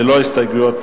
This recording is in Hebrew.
ללא הסתייגויות,